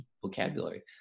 vocabulary